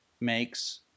makes